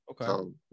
Okay